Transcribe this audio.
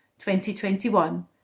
2021